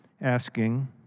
asking